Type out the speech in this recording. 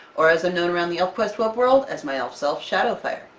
or as a known around the elfquest web world as my elf-self, shadowfire.